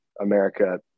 America